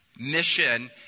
mission